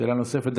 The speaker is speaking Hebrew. שאלה נוספת.